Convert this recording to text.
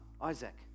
Isaac